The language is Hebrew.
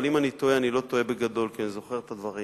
אבל אם אני טועה אני לא טועה בגדול כי אני זוכר את הדברים,